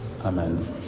Amen